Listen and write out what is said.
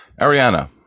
Ariana